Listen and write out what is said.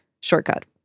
shortcut